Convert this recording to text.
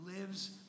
lives